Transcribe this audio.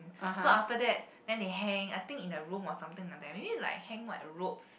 so after that then they hang I think in their room or something like that maybe hang like ropes